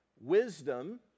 Wisdom